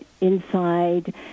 inside